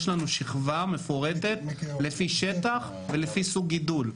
יש לנו שכבה מפורטת לפי שטח ולפי סוג גידול,